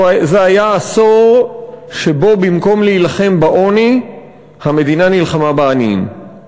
זה היה עשור שבו במקום להילחם בעוני המדינה נלחמה בעניים.